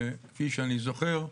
כפי שאני זוכר,